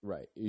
Right